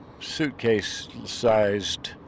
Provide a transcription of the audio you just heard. suitcase-sized